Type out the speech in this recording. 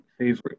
favorite